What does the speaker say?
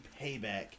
Payback